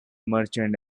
merchant